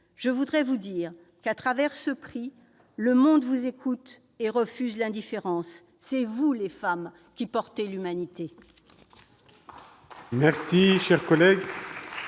Je voudrais vous dire qu'à travers ce prix le monde vous écoute et refuse l'indifférence. C'est vous, les femmes, qui portez l'humanité